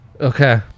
okay